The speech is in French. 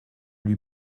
lui